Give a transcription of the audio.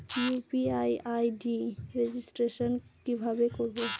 UPI ID registration কিভাবে করব?